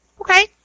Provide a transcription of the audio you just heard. Okay